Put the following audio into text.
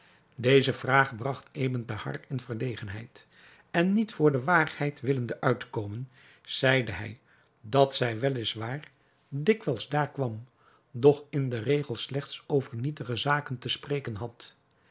deze vraag bragt ebn thahar in verlegenheid en niet voor de waarheid willende uitkomen zeide hij dat zij wel is waar dikwijls daar kwam doch in den regel slechts over nietige zaken te spreken had